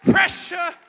Pressure